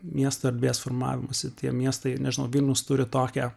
miesto erdvės formavimosi tie miestai nežinau vilnius turi tokią